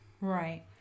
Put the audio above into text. Right